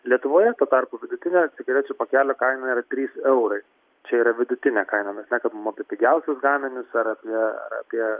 lietuvoje tuo tarpu vidutinė cigarečių pakelio kaina yra trys eurai čia yra vidutinė kaina mes nekalbam apie pigiausius gaminius ara ar apie